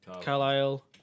Carlisle